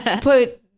Put